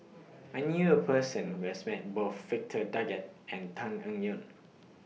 I knew A Person Who has Met Both Victor Doggett and Tan Eng Yoon